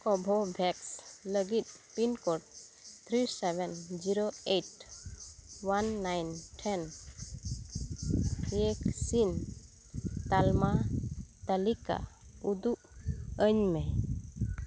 ᱠᱳᱵᱷᱳᱵᱷᱮᱠᱥ ᱞᱟᱹᱜᱤᱫ pincode three seven zero eight one nine ᱴᱷᱮᱱ ᱭᱮᱠᱥᱤᱱ ᱛᱟᱞᱢᱟ ᱛᱟᱹᱞᱤᱠᱟ ᱩᱫᱩᱜ ᱟᱹᱧᱢᱮ